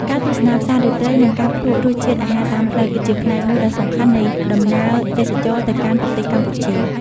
ការទស្សនាផ្សាររាត្រី និងការភ្លក្សរសជាតិអាហារតាមផ្លូវ គឺជាផ្នែកមួយដ៏សំខាន់នៃដំណើរទេសចរណ៍ទៅកាន់ប្រទេសកម្ពុជា។